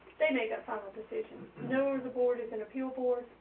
they make that final decision? no, the board is an appeal board.